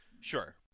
sure